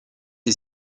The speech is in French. est